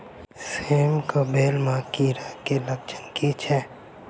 सेम कऽ बेल म कीड़ा केँ लक्षण की छै?